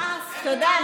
אתה יודע,